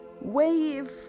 wave